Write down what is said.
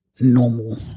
normal